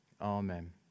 Amen